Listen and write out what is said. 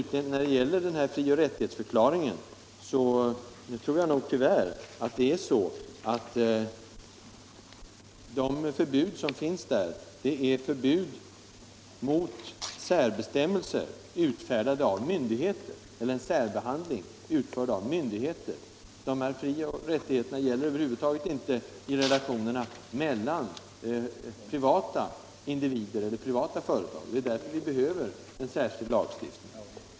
De förbud som finns i frioch rättighetsutredningens förslag riktar sig tyvärr endast mot särbestämmelser utfärdade av myndigheter och särbehandling utförd av myndigheter. Frioch rättigheterna gäller över huvud taget inte relationerna mellan privata individer och företag. Därför behövs en särskild lagstiftning.